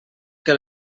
que